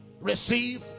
Receive